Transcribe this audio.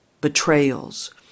betrayals